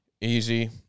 easy